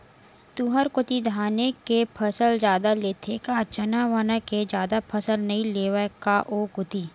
तुंहर कोती धाने के फसल जादा लेथे का चना वना के जादा फसल नइ लेवय का ओ कोती?